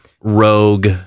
Rogue